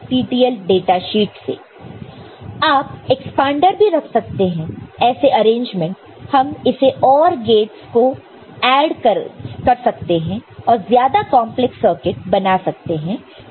और आप एक्सपांडर भी रख सकते हैं ऐसा अरेंजमेंट हम ऐसे और गेटस को ऐड कर सकते हैं और ज्यादा कॉन्प्लेक्स सर्किट बना सकते हैं